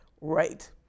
Right